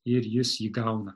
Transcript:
ir jis jį gauna